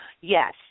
Yes